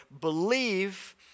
believe